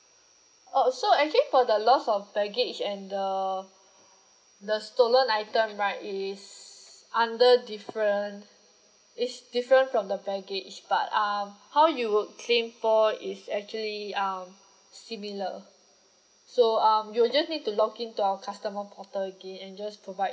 oh so actually for the loss of baggage and the the stolen item right it is under different it's different from the baggage but um how you would claim for is actually um similar so um you'll just need to log in to our customer portal again and just provide